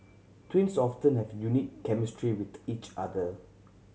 twins often have a unique chemistry with each other